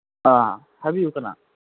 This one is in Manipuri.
ꯑꯥ ꯍꯥꯏꯕꯤꯌꯨ ꯀꯅꯥ